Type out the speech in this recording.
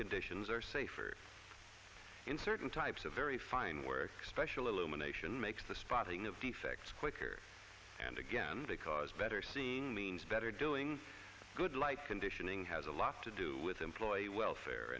conditions are safer in certain types of very fine work special illumination makes the spotting of defects quicker and again because better seeing means better doing good light conditioning has a lot to do with employee welfare